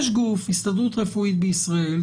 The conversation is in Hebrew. יש גוף הסתגרות רפואית בישראל,